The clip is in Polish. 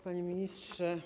Panie Ministrze!